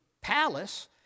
palace